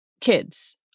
kids